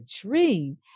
dream